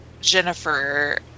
jennifer